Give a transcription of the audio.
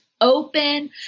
open